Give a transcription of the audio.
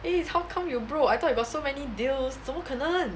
eh how come you broke I thought you got so many deals 怎么可能